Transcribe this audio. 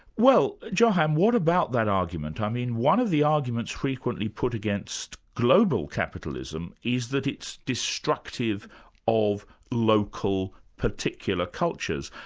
well johan, what about that argument? i mean one of the arguments frequently put against global capitalism is that it's destructive of local, particular cultures,